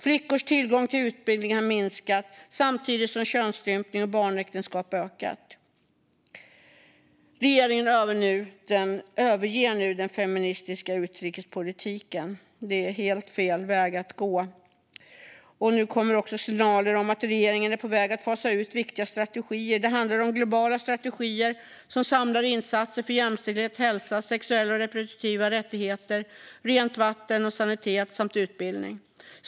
Flickors tillgång till utbildning har minskat samtidigt som könsstympning och barnäktenskap har ökat. Regeringen överger nu den feministiska utrikespolitiken. Det är helt fel väg att gå. Nu kommer också signaler om att regeringen är på väg att fasa ut viktiga strategier. Det handlar om globala strategier som samlar insatser för jämställdhet, hälsa, sexuella och reproduktiva rättigheter, rent vatten och sanitet samt utbildning.